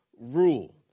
rule